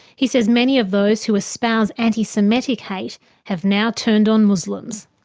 he says many of those who espouse anti-semitic hate have now turned on muslims.